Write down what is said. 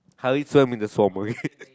how you swam in the swamp